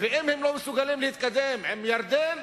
ואם הם לא מסוגלים להתקדם עם ירדן,